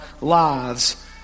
lives